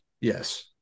Yes